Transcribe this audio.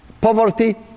poverty